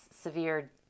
severe